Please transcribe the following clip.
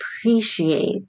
appreciate